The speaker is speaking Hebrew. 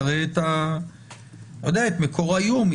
תראה את מקור האיום.